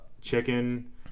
chicken